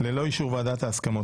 ללא אישור ועדת ההסכמות,